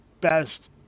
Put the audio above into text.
best